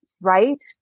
Right